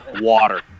Water